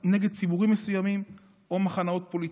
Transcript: נגד ציבורים מסוימים או מחנות פוליטיים.